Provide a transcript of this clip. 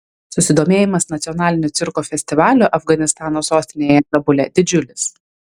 susidomėjimas nacionaliniu cirko festivaliu afganistano sostinėje kabule didžiulis